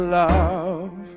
love